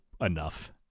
enough